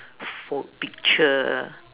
food picture